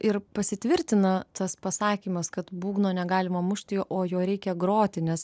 ir pasitvirtina tas pasakymas kad būgno negalima mušti o juo reikia groti nes